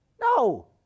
No